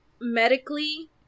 Medically